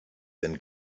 denn